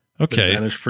Okay